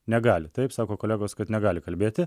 negali taip sako kolegos kad negali kalbėti